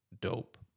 dope